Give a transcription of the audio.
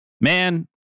man